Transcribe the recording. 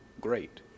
great